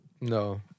no